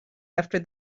after